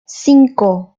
cinco